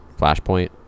Flashpoint